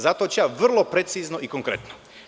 Zato ću ja vrlo precizno i konkretno.